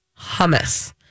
hummus